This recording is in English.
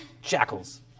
shackles